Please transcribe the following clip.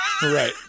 Right